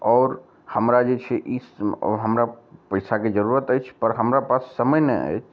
आओर हमरा जे छै ई हमरा पैसाके जरूरत अछि पर हमरा पास समय नहि अछि